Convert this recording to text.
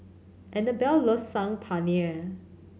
Anabelle loves Saag Paneer